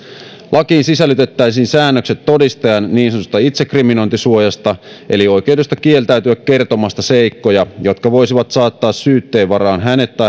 lakiin sisällytettäisiin säännökset todistajan niin sanotusta itsekriminointisuojasta eli oikeudesta kieltäytyä kertomasta seikkoja jotka voisivat saattaa syytteen varaan